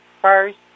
first